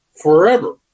forever